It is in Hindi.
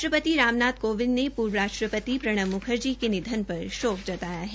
राष्ट्रपति राम नाथ कोविद ने पूर्व राष्ट्रपकित प्रणब म्खर्जी के निधन पर शोक जताया है